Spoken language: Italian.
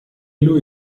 lui